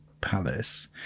palace